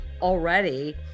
already